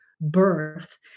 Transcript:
birth